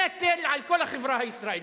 נטל על כל החברה הישראלית.